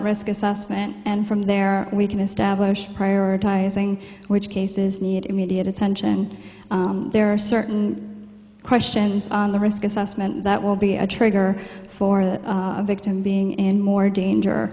risk assessment and from there we can establish prioritizing which cases need immediate attention there are certain questions on the risk assessment that will be a trigger for the victim being in more